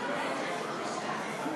אנחנו עוברים לסעיף הבא שעל סדר-היום: